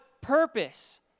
purpose